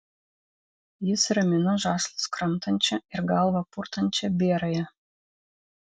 jis ramino žąslus kramtančią ir galvą purtančią bėrąją